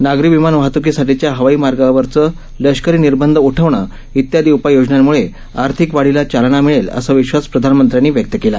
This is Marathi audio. नागरी विमान वाहत्कीसाठीच्या हवाई मार्गांवरचे लष्करी निर्बंध उठवणं इत्यादी उपाय योजनांमुळे आर्थिक वाढीला चालना मिळेल असा विश्वास प्रधानमंत्र्यांनी व्यक्त केला